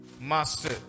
master